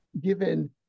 given